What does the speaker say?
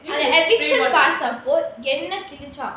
eviction pass அப்போ என்ன கிழிச்சான்:appo enna kizhichaan